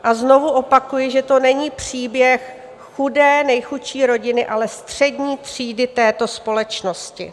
A znovu opakuji, že to není příběh chudé, nejchudší rodiny, ale střední třídy této společnosti.